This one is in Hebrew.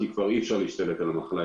כי כבר אי אפשר להשתלט עליה,